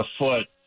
afoot